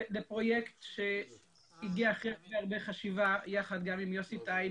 לפרויקט שהגיע אחרי הרבה חשיבה יחד גם עם יוסי טייב